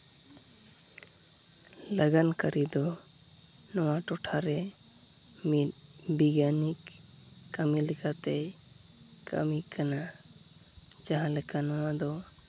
ᱞᱟᱜᱟᱱ ᱠᱟᱹᱨᱤ ᱫᱚ ᱱᱚᱣᱟ ᱴᱚᱴᱷᱟ ᱨᱮ ᱢᱤᱫ ᱵᱤᱜᱽᱜᱟᱱᱤᱠ ᱠᱟᱹᱢᱤ ᱞᱮᱠᱟᱛᱮ ᱠᱟᱹᱢᱤ ᱠᱟᱱᱟ ᱡᱟᱦᱟᱸ ᱞᱮᱠᱟ ᱱᱚᱣᱟ ᱫᱚ